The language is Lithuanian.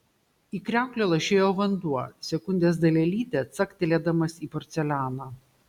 į kriauklę lašėjo vanduo sekundės dalelytę caktelėdamas į porcelianą